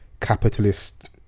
capitalist